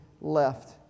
left